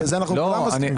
זה אנחנו כולם מסכימים.